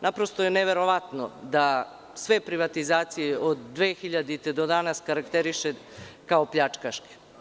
Naprosto je neverovatno da sve privatizacije od 2000. godine do danas karakteriše kao pljačkaške.